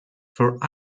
for